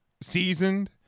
seasoned